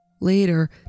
Later